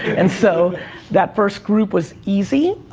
and so that first group was easier.